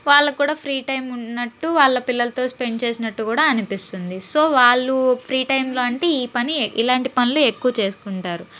వాళ్ళకి కూడా free time ఉన్నట్టు వాళ్ళ పిల్లలతో స్పెన్ చేసిన్నట్టు కూడా అనిపిస్తుంది సో వాళ్ళు ఫ్రీ టైమ్లో అంటే ఈ పని ఇలాంటి పనులు ఎక్కువ చేసుకుంటారు